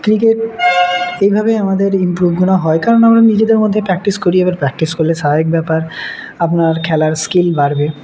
cricket এইভাবে আমাদের ইম্প্রুভগুলো হয় কারণ আমরা নিজেদের মধ্যে প্র্যাকটিস করি এবার প্র্যাকটিস করলে স্বাভাবিক ব্যাপার আপনার খেলার স্কিল বাড়বে